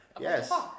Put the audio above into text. Yes